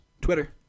Twitter